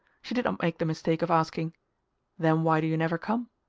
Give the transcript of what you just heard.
she did not make the mistake of asking then why do you never come?